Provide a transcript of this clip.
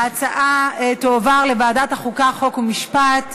ההצעה תועבר לוועדת החוקה, חוק ומשפט.